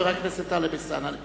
חבר הכנסת טלב אלסאנע.